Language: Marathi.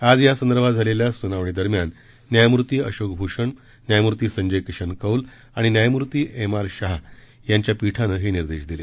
आज या संदर्भात झालेल्या सुनावणी दरम्यान न्यायमूर्ती अशोक भूषण न्यायमूर्ती संजय किशन कौल आणि न्यायमूर्ती एम आर शाह यांच्या पीठानं हे निर्देश दिले